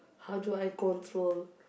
how do I control